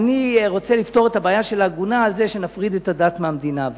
אני רוצה לפתור את הבעיה של העגונה בכך שנפריד את הדת מהמדינה,